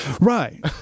Right